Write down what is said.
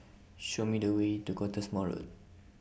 Show Me The Way to Cottesmore Road